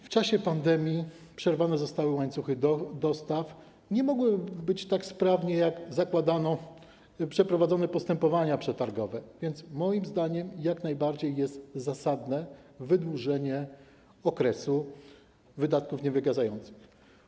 W czasie pandemii przerwane zostały łańcuchy dostaw, nie mogły być tak sprawnie, jak zakładano, przeprowadzone postępowania przetargowe, więc moim zdaniem jak najbardziej jest zasadne wydłużenie okresu wydatków niewygasających.